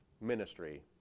ministry